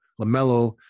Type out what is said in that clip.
LaMelo